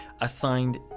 assigned